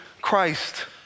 Christ